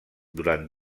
durant